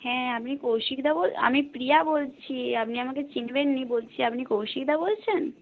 হ্যাঁ আপনি কৌশিকদা বল আমি প্রিয়া বলছি আপনি আমাকে চিনবেন না বলছি আপনি কৌশিকদা বলছেন